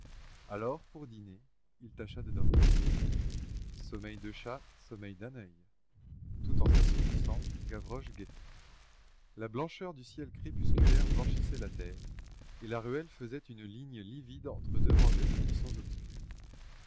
alors pour dîner il tâcha de dormir sommeil de chat sommeil d'un oeil tout en s'assoupissant gavroche guettait la blancheur du ciel crépusculaire blanchissait la terre et la ruelle faisait une ligne livide entre deux rangées de buissons obscurs